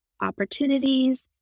opportunities